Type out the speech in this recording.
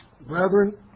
Brethren